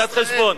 אתה היושב-ראש.